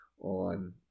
on